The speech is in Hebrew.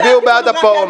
תצביעו בעד הפורנו.